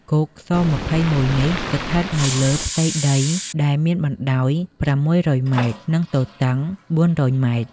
គុក ស.២១នេះ ស្ថិតនៅលើផ្ទៃដីដែលមានបណ្តោយ៦០០ ម៉ែត្រ និងទទឹង៤០០ ម៉ែត្រ។